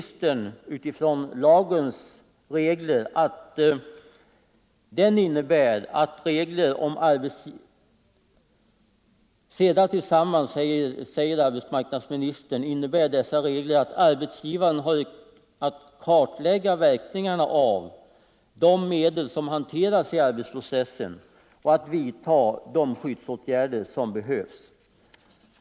Sedda tillsammans, säger arbetsmarknadsministern, innebär dessa regler att arbetsgivaren har att kartlägga verkningarna av de medel som hanteras i arbetsprocessen och att vidta de skyddsåtgärder som behövs.